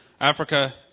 Africa